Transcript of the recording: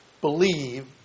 believe